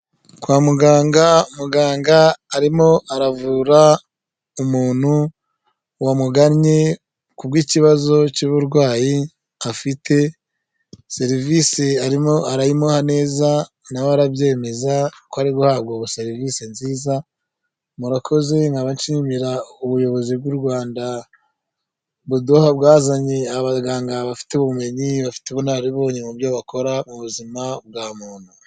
Kwa muganga ,muganga arimo aravura umuntu wamuganye ku bw'ikibazo cy'uburwayi afite serivisi arimo arayimuha neza nawe arabyemeza ko ari guhabwa serivisi nziza murakoze . Nkaba nshimira ubuyobozi bw'u Rwanda bwazanye abaganga bafite ubumenyi bafite ubunararibonye mu byo bakora mu buzima bwa muntu